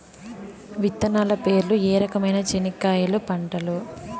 విత్తనాలు పేర్లు ఏ రకమైన చెనక్కాయలు పంటలు?